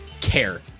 care